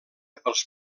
pels